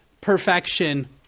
perfection